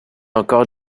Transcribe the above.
encore